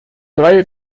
drei